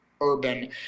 urban